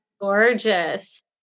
gorgeous